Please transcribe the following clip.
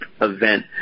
event